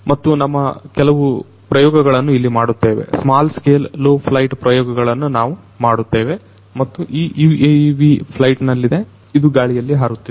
ಮತ್ತು ನಮ್ಮ ಕೆಲವು ಪ್ರಯೋಗಗಳನ್ನು ಇಲ್ಲಿ ಮಾಡುತ್ತೇವೆ ಸ್ಮಾಲ್ ಸ್ಕೇಲ್ ಲೋ ಫ್ಲೈಟ್ ಪ್ರಯೋಗಗಳನ್ನು ನಾವು ಮಾಡುತ್ತೇವೆ ಮತ್ತು ಈ UAV ಫ್ಲೈಟ್ ನಲ್ಲಿದೆ ಇದು ಗಾಳಿಯಲ್ಲಿ ಹಾರುತ್ತಿದೆ